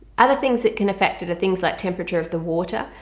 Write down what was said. other things that can affect it are things like temperature of the water,